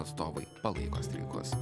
atstovai palaiko streikus